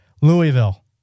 Louisville